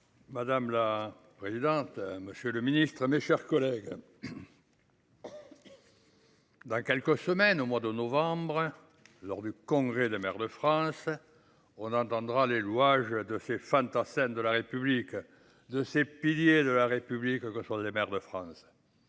Madame la présidente, monsieur le ministre, mes chers collègues, dans quelques semaines, au mois de novembre prochain, lors du Congrès des maires de France, on entendra chanter les louanges de ces fantassins de la République, de ces piliers de la République, que sont les maires de France.